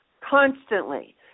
Constantly